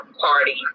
party